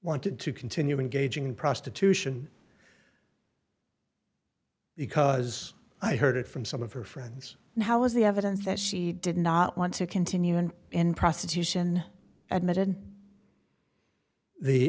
wanted to continue engaging in prostitution because i heard it from some of her friends now is the evidence that she did not want to continue and in prostitution admitted the